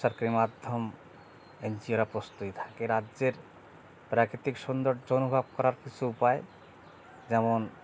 সরকারি মাধ্যম এনজিওরা প্রস্তুতি থাকে রাজ্যের প্রাকৃতিক সৌন্দর্য অনুভব করার কিছু উপায় যেমন